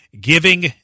giving